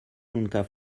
nunca